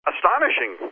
Astonishing